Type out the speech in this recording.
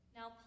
Now